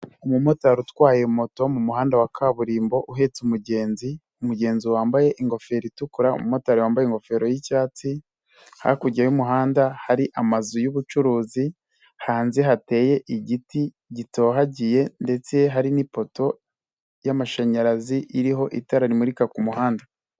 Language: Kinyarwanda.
Umumotari utwaye moto mu muhanda wa kaburimbo uhetse umugenzi, umugenzi wambaye ingofero itukura, umumotari wambaye ingofero y'icyatsi, hakurya y'umuhanda hari amazu yubucuruzi, hanze hateye igiti gitohagiye ndetse hari n'ipoto y'amashanyarazi iriho itara rimurika ku muhanda.